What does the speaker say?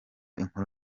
inkuru